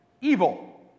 evil